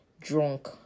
drunk